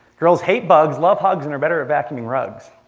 girls hate bugs, love hugs, and are better at vacuuming rugs.